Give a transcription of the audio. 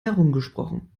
herumgesprochen